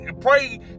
pray